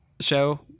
show